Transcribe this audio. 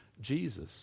Jesus